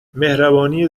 مهربانی